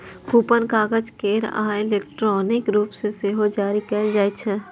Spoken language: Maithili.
कूपन कागज केर आ इलेक्ट्रॉनिक रूप मे सेहो जारी कैल जाइ छै